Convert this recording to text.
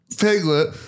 Piglet